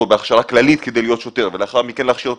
בהכשרה כללית כדי להיות שוטר ולאחר מכן להכשיר אותו